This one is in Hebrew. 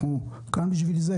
אנחנו כאן בשביל זה,